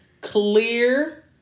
Clear